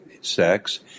sex